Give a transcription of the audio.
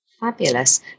Fabulous